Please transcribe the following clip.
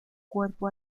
cuerpo